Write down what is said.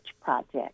project